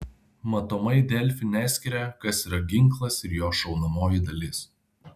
matomai delfi neskiria kas yra ginklas ir jo šaunamoji dalis